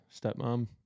stepmom